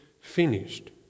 finished